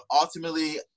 ultimately